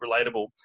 relatable